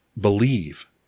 believe